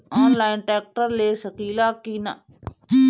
Online tractor ले सकीला कि न?